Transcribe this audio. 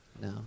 No